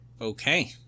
Okay